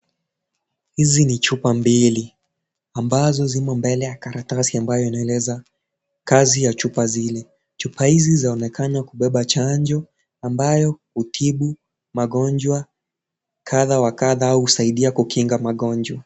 Hizi ni chupa mbili ambazo zimo mbele ya karatasi amabayo inaeleza kazi ya chupa zile , chupa hizi zaonekana kubebe chanjo ambayo hutibu magonjwa kadha wa kadha au husaidia kukinga magonjwa.